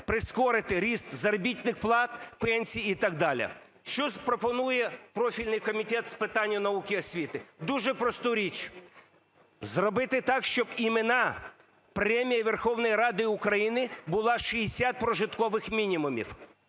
прискорити ріст заробітних плат, пенсій і так далі. Що пропонує профільний Комітет з питань науки і освіти? Дуже просту річ: зробити так, щоб іменна Премія Верховної Ради України була 60 прожиткових мінімумів.